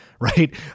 right